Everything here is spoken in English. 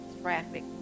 traffic